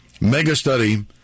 mega-study